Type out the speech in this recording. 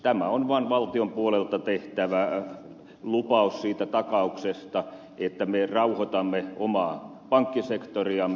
tämä on vaan valtion puolelta tehtävä lupaus siitä takauksesta että me rauhoitamme omaa pankkisektoriamme